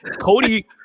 Cody